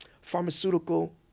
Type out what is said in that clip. pharmaceutical